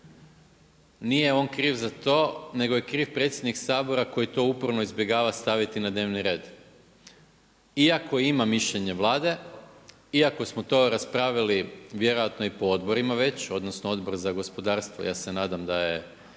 nije on kriv za to, nego je kriv predsjednik Sabora koji to uporno izbjegava staviti na dnevni red. Iako ima mišljenje Vlade, iako smo to raspravili vjerojatno po odborima već odnosno Odbor za gospodarstvo, ja se nadam da je